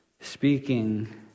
speaking